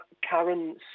Karen